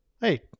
Hey